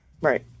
Right